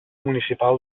municipal